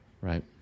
right